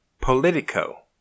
Politico